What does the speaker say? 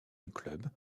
club